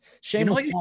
Shameless